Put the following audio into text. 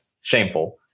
shameful